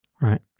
right